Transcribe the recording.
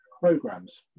programs